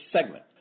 segment